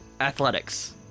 athletics